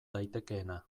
daitekeena